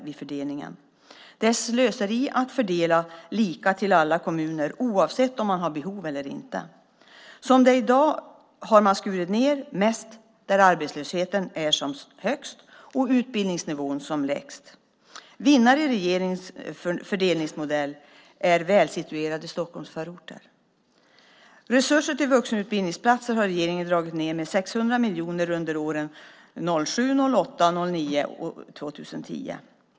Det är slöseri att fördela lika till alla kommuner oavsett om de har behov eller inte. Som det är i dag har man skurit ned mest där arbetslösheten är som högst och utbildningsnivån som lägst. Vinnare i regeringens fördelningsmodell är välsituerade Stockholmsförorter. Regeringen har dragit ned resurser till vuxenutbildningsplatser med 600 miljoner kronor under åren 2007, 2008, 2009 och 2010.